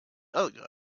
other